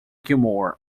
gilmore